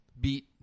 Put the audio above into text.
beat